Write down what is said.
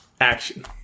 Action